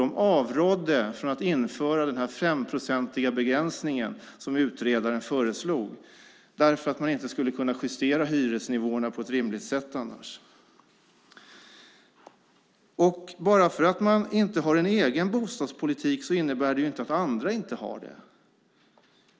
De avrådde från att införa den femprocentiga begränsningen som utredaren föreslog därför att man inte skulle kunna justera hyrorna på ett rimligt sätt annars. Bara för att man inte har en egen bostadspolitik innebär det inte att andra inte har det.